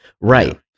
right